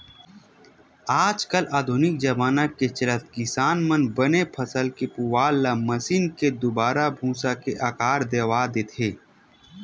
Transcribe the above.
आज कल आधुनिक जबाना के चलत किसान मन बने फसल के पुवाल ल मसीन के दुवारा भूसा के आकार देवा देथे